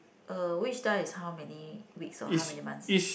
uh which time is how many weeks or how many months